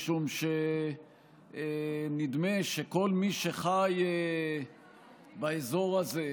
משום שנדמה שכל מי שחי באזור הזה,